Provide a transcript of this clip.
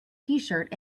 tshirt